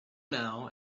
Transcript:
now